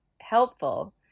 helpful